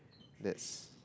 this